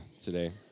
today